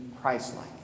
Christ-like